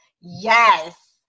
Yes